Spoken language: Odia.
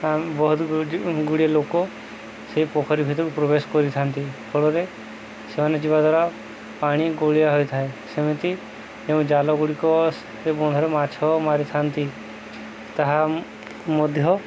ଆମେ ବହୁତ ଗୁଡ଼ିଏ ଲୋକ ସେ ପୋଖରୀ ଭିତରକୁ ପ୍ରବେଶ କରିଥାନ୍ତି ଫଳରେ ସେମାନେ ଯିବା ଦ୍ୱାରା ପାଣି ଗୋଳିଆ ହୋଇଥାଏ ସେମିତି ଯେଉଁ ଜାଲ ଗୁଡ଼ିକ ସେ ବନ୍ଧରେ ମାଛ ମାରିଥାନ୍ତି ତାହା ମଧ୍ୟ